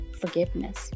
forgiveness